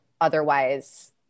otherwise